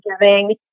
giving